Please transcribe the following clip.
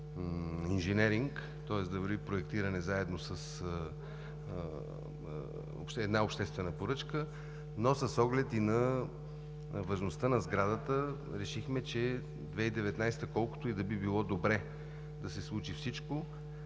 инженеринг, тоест да върви проектиране заедно с една обществена поръчка. С оглед важността на сградата решихме, че в 2019 г., колкото и да би било добре да се случи всичко,